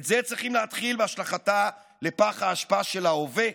את זה צריכים להתחיל בהשלכתה לפח האשפה של ההווה,